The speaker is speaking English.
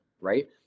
right